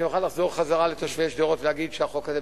שנוכל לחזור לתושבי שדרות ולהגיד שהחוק הזה,